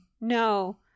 No